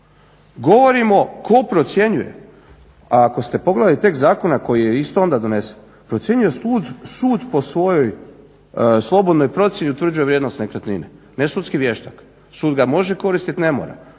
Govorimo tko procjenjuje, a ako ste pogledali tekst zakona koji je isto onda donesen procjenjuje sud po svojoj slobodnoj procjeni i utvrđuje vrijednost nekretnine, ne sudski vještak. Sud ga može koristiti, ne mora,